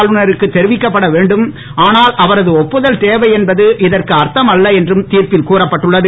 ஆளுநருக்கு தெரிவிக்கப்பட வேண்டும் ஆனால் அவரது ஒப்புதல் தேவை என்பது இதற்கு அர்த்தம் அல்ல என்றும் தீர்ப்பில் கூறப்பட்டுள்ளது